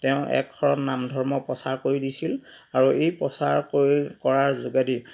তেওঁ একশৰণ নাম ধৰ্ম প্ৰচাৰ কৰি দিছিল আৰু এই প্ৰচাৰ কৰি কৰাৰ যোগেদি